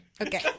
Okay